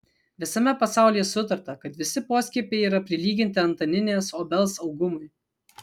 visame pasaulyje sutarta kad visi poskiepiai yra prilyginti antaninės obels augumui